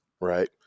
right